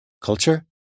Culture